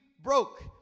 broke